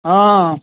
હા